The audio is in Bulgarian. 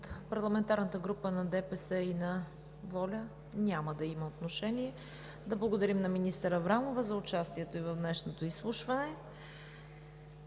парламентарната група на ДПС и на ВОЛЯ? Няма да има отношение. Да благодарим на министър Аврамова за участието ѝ в днешното изслушване.